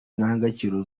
indangagaciro